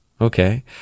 Okay